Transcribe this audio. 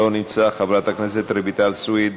לא נמצא, חברת הכנסת רויטל סויד,